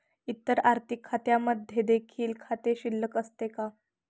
इतर आर्थिक खात्यांमध्ये देखील खाते शिल्लक असते का?